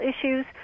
issues